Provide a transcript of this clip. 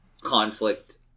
conflict